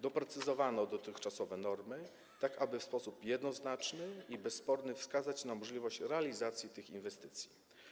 Doprecyzowano dotychczasowe normy, aby w sposób jednoznaczny i bezsporny wskazać na możliwość realizacji tych inwestycji.